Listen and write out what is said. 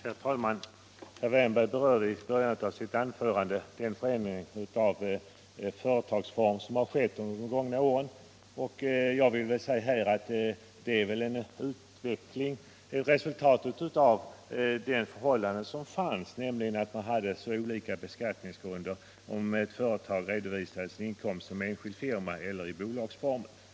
Herr talman! Herr Wärnberg berörde i början av sitt anförande den förändring av företagsform som har skett under de gångna åren. Jag vill här säga att den utvecklingen är resultatet av det förhållande som förelåg, nämligen att man hade så olika beskattningsgrunder om ett företag redovisade sin inkomst som enskild firma eller i bolagsform.